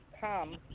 come